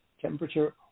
temperature